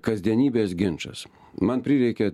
kasdienybės ginčas man prireikė